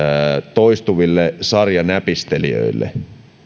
sarjanäpistelijöille